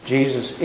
Jesus